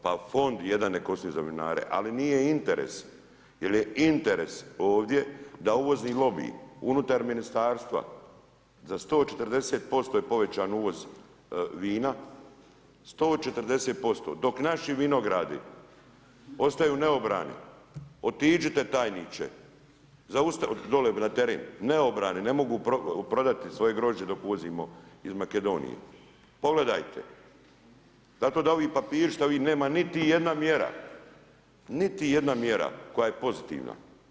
Pa fond jedan neka ostane za vinare ali nije interes jer je interes ovdje da uvozni lobiji unutar ministarstva za 140% je povećan uvoz vina 140% dok naši vinogradi ostaju neobrani, otiđite tajniče, dole na teren, neobrani, ne mogu prodati svoje grožđe dok uvozimo iz Makedonije, pogledajte. ... da ovi papiri što ... nema niti jedna mjera, niti jedna mjera koja je pozitivna.